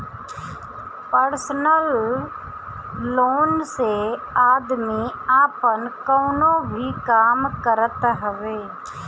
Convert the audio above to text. personal loan से आदमी आपन कवनो भी काम करत हवे